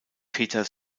peter